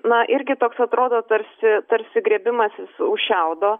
na irgi toks atrodo tarsi tarsi griebimasis už šiaudo